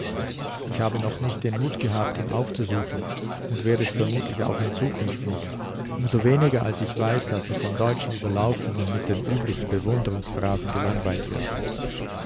ich habe noch nicht den mut gehabt ihn aufzusuchen und werd es vermutlich auch in zukunft nicht um so weniger als ich weiß daß er von deutschen überlaufen und mit den üblichen bewundrungs phrasen gelangweilt wird